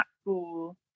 school